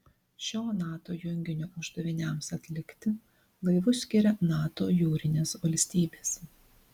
šio nato junginio uždaviniams atlikti laivus skiria nato jūrinės valstybės